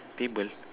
table